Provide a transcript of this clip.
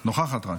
רק נוכחת.